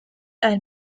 ein